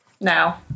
Now